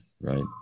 Right